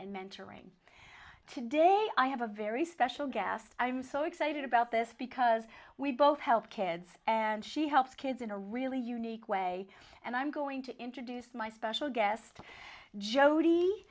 and mentoring today i have a very special guest i'm so excited about this because we both help kids and she helps kids in a really unique way and i'm going to introduce my special guest jod